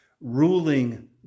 ruling